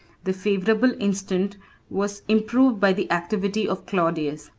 the favorable instant was improved by the activity of claudius.